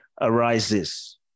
arises